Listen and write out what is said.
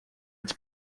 its